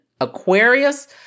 Aquarius